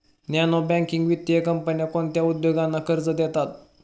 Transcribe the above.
Non banking वित्तीय कंपन्या कोणत्या उद्योगांना कर्ज देतात?